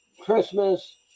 Christmas